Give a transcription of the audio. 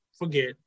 forget